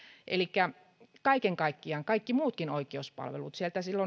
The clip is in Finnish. kaiken kaikkiaan kaikki muutkin oikeuspalvelut